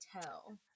tell